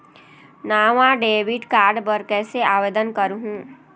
नावा debit card बर कैसे आवेदन करहूं?